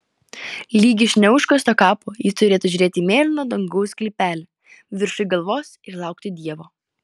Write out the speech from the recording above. lyg iš neužkasto kapo ji turėtų žiūrėti į mėlyno dangaus sklypelį viršuj galvos ir laukti dievo